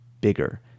bigger